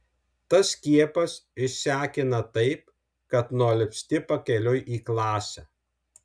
tas skiepas išsekina taip kad nualpsti pakeliui į klasę